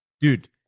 Dude